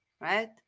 right